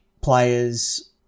players